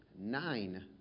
nine